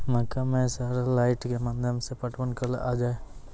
मक्का मैं सर लाइट के माध्यम से पटवन कल आ जाए?